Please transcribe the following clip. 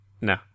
No